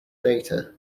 data